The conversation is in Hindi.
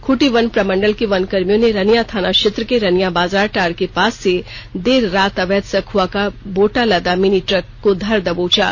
खूंटी वन प्रमंडल के वनकर्मियों ने रनियां थाना क्षेत्र के रनियां बाजारटांड़ के पास से देर रात अवैध सखुआ का बोटा लदा मिनी ट्रक को धर दबोचा